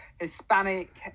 Hispanic